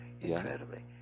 incredibly